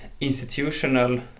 institutional